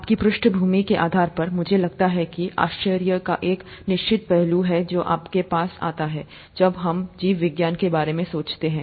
आपकी पृष्ठभूमि के आधार पर मुझे लगता है कि आश्चर्य का एक निश्चित पहलू है जो आपके पास आता है जब आप जीव विज्ञान के बारे में सोचते हैं